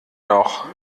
noch